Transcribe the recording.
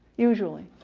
usually,